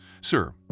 Sir